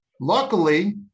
luckily